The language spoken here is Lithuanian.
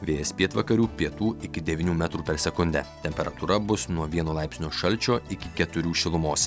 vėjas pietvakarių pietų iki devynių metrų per sekundę temperatūra bus nuo vieno laipsnio šalčio iki keturių šilumos